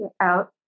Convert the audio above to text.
out